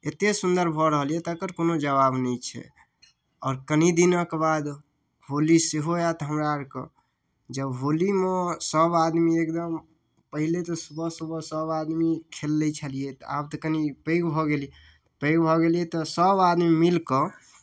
एते सुन्दर भऽ रहल यऽ तकर कोनो जबाव नहि छै आओर कनि दिनक बाद होली सेहो आयत हमरा आरके जब होलीमे सब आदमी एकदम पहिले तऽ सुबह सुबह सब आदमी खेल लै छलियै आब तऽ कनि पैघ भऽ गेली पैघ भऽ गेलियै तऽ सब आदमी मिलकऽ